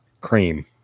Cream